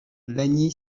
lagny